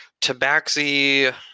tabaxi